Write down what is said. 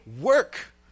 work